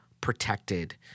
protected